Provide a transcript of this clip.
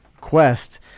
quest